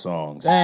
Songs